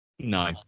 No